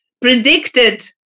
predicted